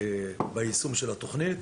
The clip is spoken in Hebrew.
ביישום התכנית.